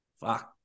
fuck